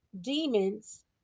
demons